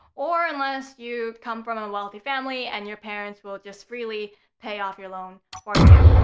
or, unless you come from a wealthy family and your parents will just freely pay off your loan for you.